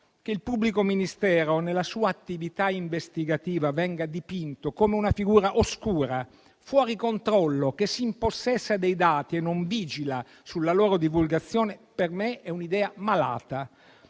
che il pubblico ministero nella sua attività investigativa venga dipinto come una figura oscura fuori controllo, che si impossessa dei dati e non vigila sulla loro divulgazione, per me è malata.